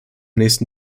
nächsten